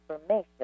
information